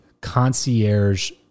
concierge